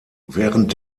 während